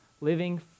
Living